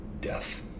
death